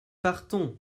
partons